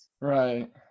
right